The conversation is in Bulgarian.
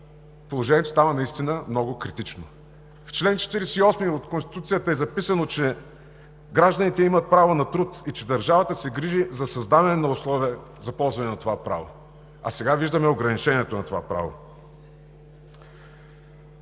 положението става наистина много критично. В чл. 48 от Конституцията е записано, че гражданите имат право на труд и че държавата се грижи за създаване на условия за ползване на това право, а сега виждаме ограничението на това право.